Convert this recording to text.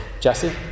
Jesse